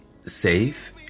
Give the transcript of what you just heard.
safe